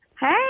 Hey